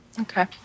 Okay